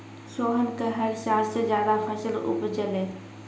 सोहन कॅ हर साल स ज्यादा फसल उपजलै